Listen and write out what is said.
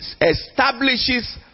establishes